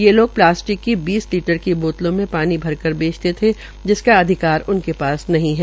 ये लोग प्लास्टिक की बीस लीटर की बोतलों में पानी भर कर बेचते थे जिसका अधिकार उनके पास नहीं है